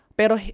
pero